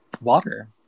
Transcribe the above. water